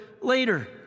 later